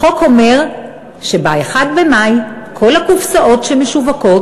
החוק אומר שב-1 במאי כל הקופסאות שמשווקות